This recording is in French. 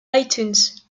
itunes